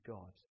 God